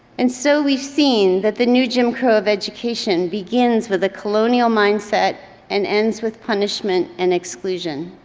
and so we've seen that the new jim crow of education begins with a colonial mindset and ends with punishment and exclusion.